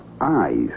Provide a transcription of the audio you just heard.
eyes